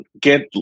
Get